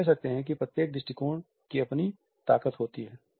हम कह सकते हैं कि प्रत्येक दृष्टिकोण की अपनी ताकत होती है